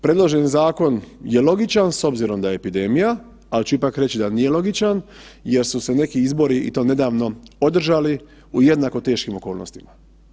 Predloženi zakon je logičan s obzirom da je epidemija, ali ću ipak reći da nije logičan jer su se neki izbori i to nedavno, održali u jednako teškim okolnostima.